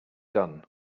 done